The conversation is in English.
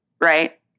Right